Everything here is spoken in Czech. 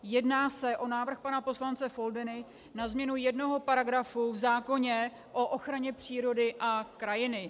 Jedná se o návrh pana poslance Foldyny na změnu jednoho paragrafu v zákoně o ochraně přírody a krajiny.